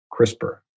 CRISPR